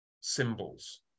symbols